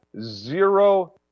zero